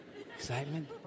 Excitement